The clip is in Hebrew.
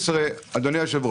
מ-2016 ועד היום,